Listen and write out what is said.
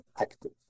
active